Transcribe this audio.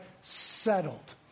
settled